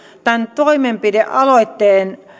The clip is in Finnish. tämän toimenpidealoitteen